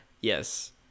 Yes